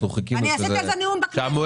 ב-29,